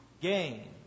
gain